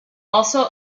also